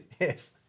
Yes